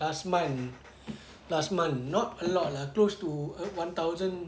last month last month not a lot lah close to one thousand